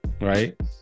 right